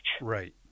Right